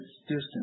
distance